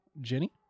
Jenny